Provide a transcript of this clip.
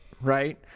right